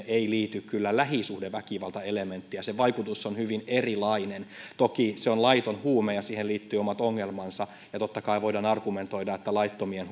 ei liity kyllä lähisuhdeväkivaltaelementtiä sen vaikutus on hyvin erilainen toki se on laiton huume ja siihen liittyy omat ongelmansa ja totta kai voidaan argumentoida että laittomien